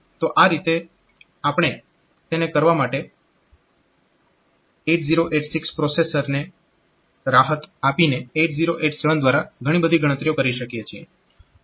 તો આ રીતે આપણે તેને કરવા માટે 8086 પ્રોસેસરને રાહત આપીને 8087 દ્વારા ઘણી બધી ગણતરીઓ કરી શકીએ છીએ